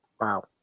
Wow